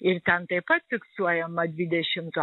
ir ten taip pat fiksuojama dvidešimto